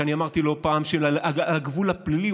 שאני אמרתי לא פעם שהן על הגבול הפלילי,